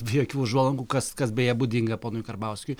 be jokių užuolankų kas kas beje būdinga ponui karbauskiui